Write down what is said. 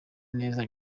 neza